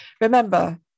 Remember